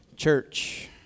Church